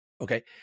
Okay